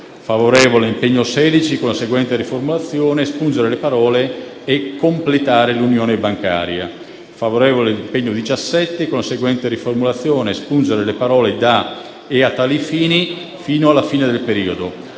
favorevole sull'impegno 16 con la seguente riformulazione: espungere le parole «e completare l'Unione bancaria». Esprime parere favorevole sull'impegno 17 con la seguente riformulazione: espungere le parole da «e a tali fini» fino alla fine del periodo.